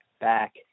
back